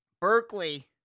Berkeley